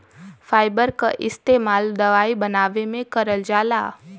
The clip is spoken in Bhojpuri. फाइबर क इस्तेमाल दवाई बनावे में करल जाला